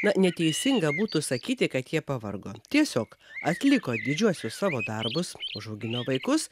na neteisinga būtų sakyti kad jie pavargo tiesiog atliko didžiuosius savo darbus užaugino vaikus